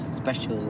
special